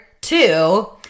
two